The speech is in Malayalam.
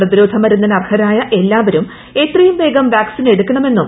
പ്രതിരോധ മരുന്നിന് അർഹരായ എല്ലാവരും എത്രയും വേഗം വാക്സിൻ എടുക്കണമെന്നും